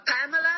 Pamela